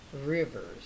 rivers